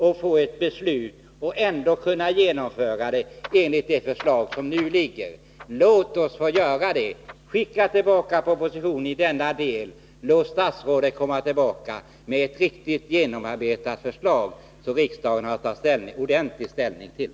Tiden medger ändå att det kan genomföras enligt det förslag som nu föreligger. Låt oss få göra detta. Skicka tillbaka propositionen i denna del! Låt regeringen komma tillbaka med ett riktigt genomarbetat förslag som riksdagen kan ta ställning till!